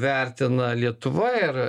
vertina lietuva ir